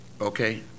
Okay